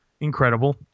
Incredible